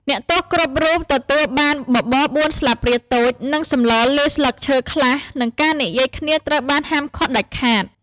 អ្នកទោសគ្រប់រូបទទួលបាន បបរបួនស្លាបព្រាតូច និងសម្លលាយស្លឹកឈើខ្លះ និងការនិយាយគ្នាត្រូវបានហាមឃាត់ ដាច់ខាត ។